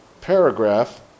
paragraph